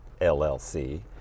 llc